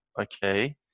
okay